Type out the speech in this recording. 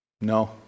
No